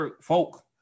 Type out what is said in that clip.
folk